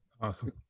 Awesome